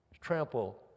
trample